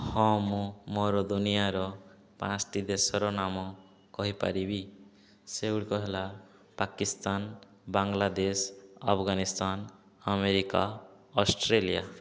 ହଁ ମୁଁ ମୋର ଦୁନିଆର ପାଞ୍ଚଟି ଦେଶର ନାମ କହିପାରିବି ସେଗୁଡ଼ିକ ହେଲା ପାକିସ୍ତାନ ବାଂଲାଦେଶ ଆଫଗାନିସ୍ତାନ ଆମେରିକା ଅଷ୍ଟ୍ରେଲିଆ